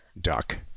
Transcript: Duck